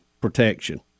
protection